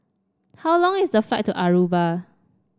how long is the flight to Aruba